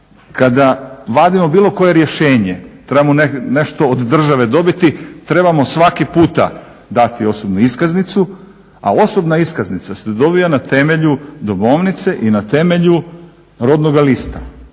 kada vadimo bilo koje rješenje trebamo nešto od države dobiti trebamo svaki puta dati osobnu iskaznicu, a osobna iskaznica se dobija na temelju domovnice i na temelju rodnoga lista.